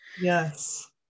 yes